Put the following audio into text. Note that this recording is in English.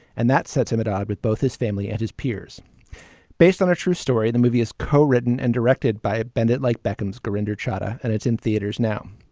and that sets him apart um with both his family and his peers based on a true story. the movie is co-written and directed by a bend it like beckham surrender chadha and it's in theaters now.